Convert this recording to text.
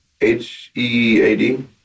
H-E-A-D